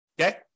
Okay